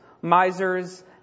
misers